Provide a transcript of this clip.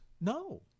No